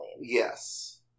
Yes